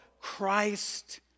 Christ